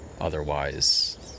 Otherwise